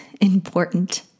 important